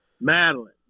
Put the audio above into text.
Madeline